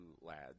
lads